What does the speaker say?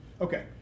Okay